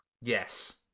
Yes